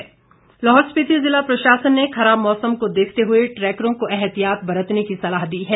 mock drill Lahaul Spiti जिला प्रशासन ने खराब मौसम को देखते हए ट्रैकरों को एहतियात बरतने की सलाह दी है